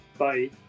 Bye